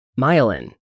Myelin